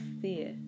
fear